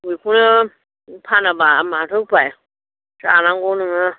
बेखौनो फानाबा माथो उफाय जानांगौ नोङो